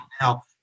now